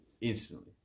instantly